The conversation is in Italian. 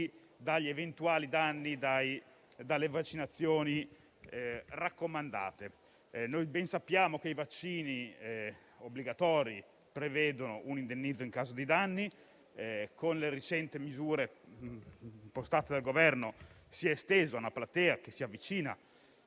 gli eventuali danni derivanti dalle vaccinazioni raccomandate. Ben sappiamo che i vaccini obbligatori prevedono un indennizzo in caso di danni. Con le recenti misure impostate dal Governo si è estesa la platea delle persone